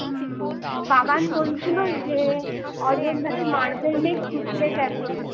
হ্যাঁ বাবান বলছিল যে অযোধ্যার মার্বেলে ঘুরতে যাবে